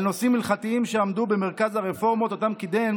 נושאים הלכתיים שעמדו במרכז הרפורמות שקידם